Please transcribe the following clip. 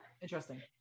interesting